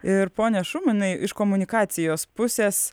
ir pone šumanai iš komunikacijos pusės